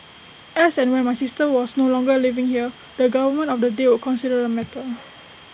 as and when my sister was no longer living there the government of the day would consider the matter